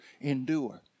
endure